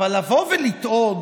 אבל לבוא ולטעון